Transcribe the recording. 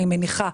אני מניחה,